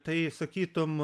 tai sakytum